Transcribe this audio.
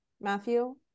Matthew